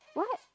what